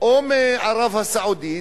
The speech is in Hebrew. או מערב-הסעודית,